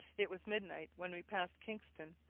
it was midnight when we passed kingston,